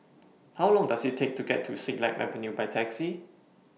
How Long Does IT Take to get to Siglap Avenue By Taxi